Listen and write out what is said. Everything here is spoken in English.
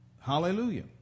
hallelujah